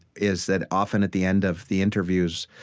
is that often at the end of the interviews,